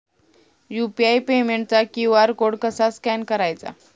UPI पेमेंटचा QR code कसा scan करायचा?